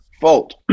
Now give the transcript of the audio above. fault